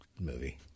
movie